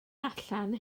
allan